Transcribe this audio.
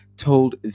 told